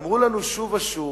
אמרו לנו שוב ושוב